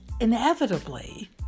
inevitably